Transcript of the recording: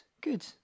good